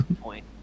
point